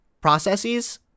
processes